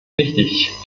wichtig